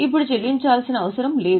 ఇప్పుడు చెల్లించాల్సిన అవసరం లేదు